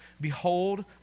Behold